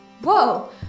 Whoa